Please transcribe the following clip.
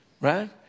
right